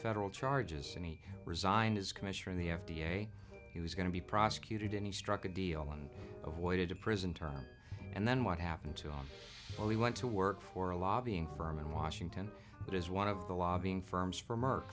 federal charges and he resigned his commission from the f d a he was going to be prosecuted and he struck a deal and avoided a prison term and then what happened to him well he went to work for a lobbying firm in washington that is one of the lobbying firms for